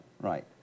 right